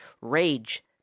rage